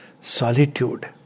solitude